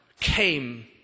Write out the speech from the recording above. came